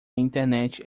internet